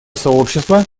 сообщество